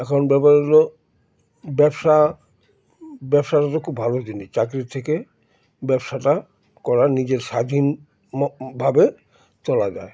এখন ব্যাপারে হল ব্যবসা ব্যবসাটা তো খুব ভালো জিনিস চাকরির থেকে ব্যবসাটা করা নিজের স্বাধীনভাবে চলা যায়